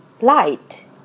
light